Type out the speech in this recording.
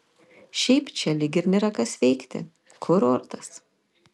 šiaip čia lyg ir nėra kas veikti kurortas